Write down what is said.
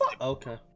okay